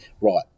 Right